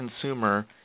consumer